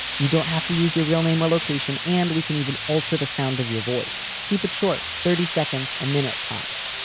you don't have to use your real name or location and we can even alter the sound of your voice. keep it short thirty seconds a minute, tops.